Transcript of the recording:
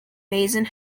basin